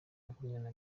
makumyabiri